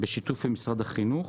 בשיתוף עם משרד החינוך.